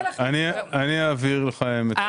אני אעביר לך את הרשימה.